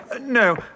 No